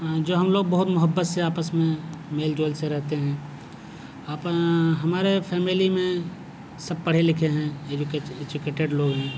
جو ہم لوگ بہت محبت سے آپس میں میل جول سے رہتے ہیں ہمارے فیملی میں سب پڑھے لکھے ہیں ایجوکیٹ ایجوکیٹڈ لوگ ہیں